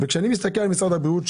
כשאני מסתכל על משרד הבריאות,